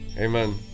Amen